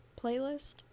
playlist